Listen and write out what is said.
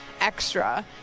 extra